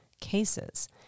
cases